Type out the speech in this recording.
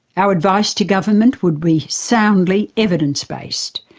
our advice to government would be soundly evidence-based.